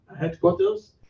headquarters